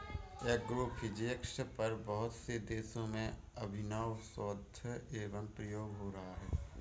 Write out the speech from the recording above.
agrophysics पर बहुत से देशों में अभिनव शोध एवं प्रयोग हो रहा है